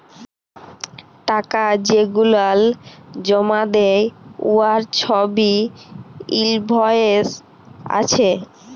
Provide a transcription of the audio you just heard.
টাকা যেগলাল জমা দ্যায় উয়ার ছবই ইলভয়েস আছে